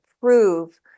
prove